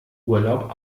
urlaub